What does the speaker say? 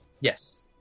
Yes